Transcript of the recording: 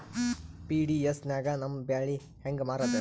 PDS ನಾಗ ನಮ್ಮ ಬ್ಯಾಳಿ ಹೆಂಗ ಮಾರದ?